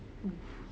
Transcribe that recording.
!oof!